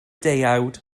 deuawd